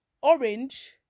orange